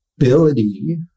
ability